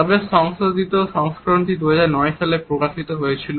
তবে সংশোধিত সংস্করণটি 2009 সালে প্রকাশিত হয়েছিল